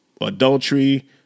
adultery